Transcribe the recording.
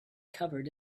covered